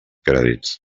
crèdits